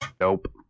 Nope